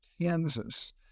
Kansas